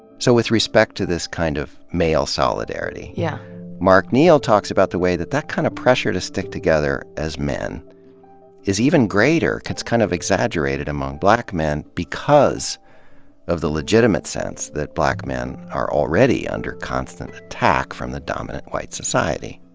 so with respect to this kind of male solidarity, yeah mark neal talks about the way that that kind of pressure to stick together as men is even greater, gets kind of exaggerated among black men, because of the legitimate sense that black men are already under constant attack from the dominant white society.